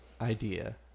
idea